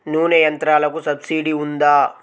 నూనె యంత్రాలకు సబ్సిడీ ఉందా?